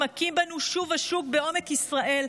שמכים בנו שוב ושוב בעומק ישראל,